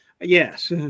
yes